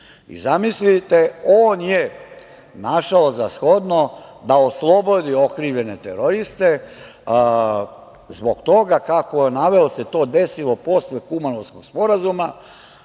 I zamislite, on je našao za shodno da oslobodi okrivljene teroriste, zbog toga kako je naveo, se to desilo posle Kumanovskog sporazuma,